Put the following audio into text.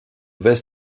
west